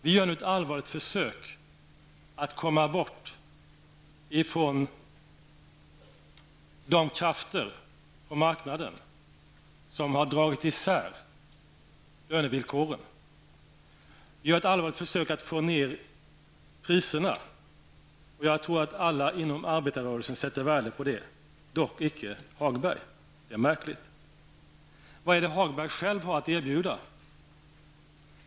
Vi gör nu ett allvarligt försök att komma bort ifrån de krafter på marknaden som har dragit isär lönevillkoren. Vi gör ett allvarligt försök att få ner priserna. Jag tror att alla inom arbetarrörelsen sätter värde på det, dock inte Hagberg. Det är märkligt. Vad har Lars Ove Hagberg själv att erbjuda?